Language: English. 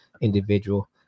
individual